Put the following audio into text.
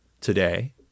today